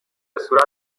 صورت